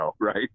Right